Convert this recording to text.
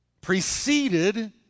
preceded